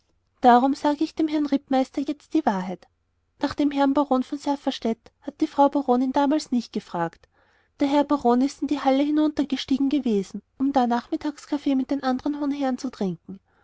darum sage ich dem herrn rittmeister jetzt die wahrheit nach dem herrn baron von safferstätt hat die frau baronin damals nicht gefragt der herr baron ist in die halle hinuntergestiegen gewesen um da nachmittagskaffee mit den anderen hohen herren zu trinken